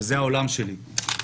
זה העולם שלי,